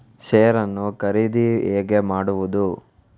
Share ನ್ನು ಖರೀದಿ ಹೇಗೆ ಮಾಡುವುದು?